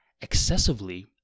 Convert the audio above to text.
excessively